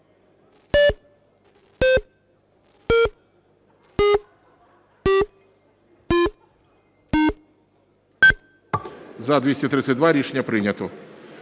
За-241 Рішення прийнято.